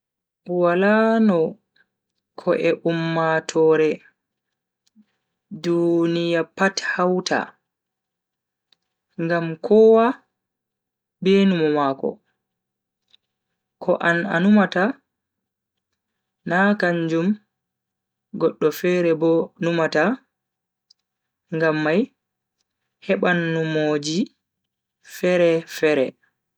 Wala no ko'e ummatoore duniya pat hauta ngam kowa be numo mako. ko an a numata na kanjum goddo fere bo numata ngam mai heban numo ji fere-fere.